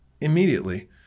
immediately